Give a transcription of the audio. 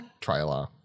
trailer